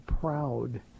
proud